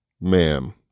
ma'am